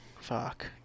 fuck